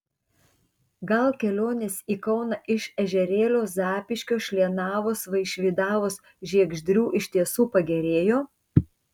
gal kelionės į kauną iš ežerėlio zapyškio šlienavos vaišvydavos žiegždrių iš tiesų pagerėjo